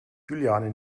juliane